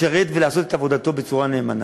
לשרת ולעשות את עבודתו בצורה נאמנה.